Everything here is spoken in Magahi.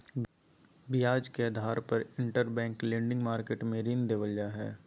ब्याज के आधार पर इंटरबैंक लेंडिंग मार्केट मे ऋण देवल जा हय